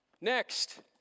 Next